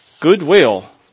goodwill